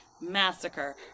massacre